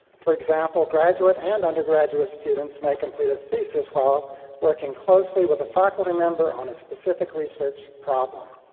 for example, graduate and undergraduate students may complete a thesis while working closely with a faculty member on a specific research problem.